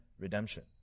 redemption